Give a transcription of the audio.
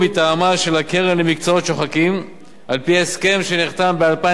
על-פי ההסכם שנחתם ב-2011 בין משרד התעשייה,